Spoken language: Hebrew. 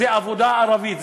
זה עבודה ערבית,